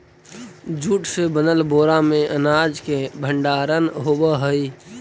jute से बनल बोरा में अनाज के भण्डारण होवऽ हइ